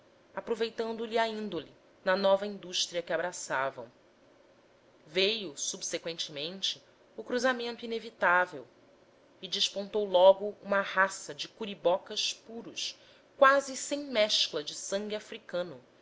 captaram no aproveitando lhe a índole na nova indústria que abraçavam veio subseqüentemente o cruzamento inevitável e despontou logo uma raça de curibocas puros quase sem mescla de sangue africano